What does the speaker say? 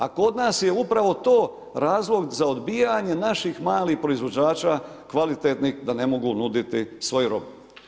A koda nas je upravo to razlog za odbijanje naših malih proizvođača kvalitetnih da ne mogu nuditi svoju robu.